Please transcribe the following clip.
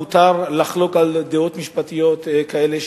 מותר לחלוק על דעות משפטיות כאלה,